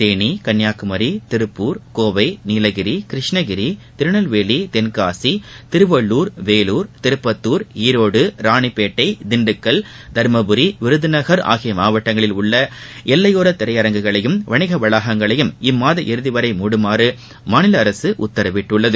தேனி கன்னியாகுமரி திருப்பூர் கோவை நீலகிரி கிருஷ்ணகிரி திருநெல்வேலி தென்காசி திருவள்ளுர் வேலூர் திருப்பத்தூர் ஈரோடு ராணிப்பேட்டை திண்டுக்கல் தர்மபுரி விருதுநகர் ஆகிய மாவட்டங்களில் உள்ள எல்லையோர திரையரங்குகளையும் வணிக வளாகங்களையும் இம்மாத இறுதிவரை மூடுமாறு மாநில அரசு உத்தரவிட்டுள்ளது